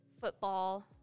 football